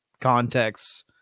contexts